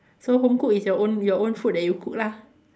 so home cooked is your own your own food that you cook lah